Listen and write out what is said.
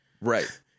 Right